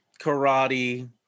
karate